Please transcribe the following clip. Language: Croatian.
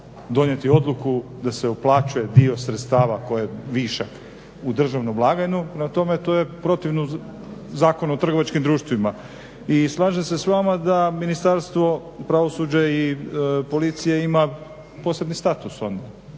donijeti odluku da se uplaćuje dio sredstava koji je višak u državnu blagajnu. Prema tome, to je protivno Zakonu o trgovačkim društvima. I slažem se sa vama da Ministarstvo pravosuđa i policija ima posebni status on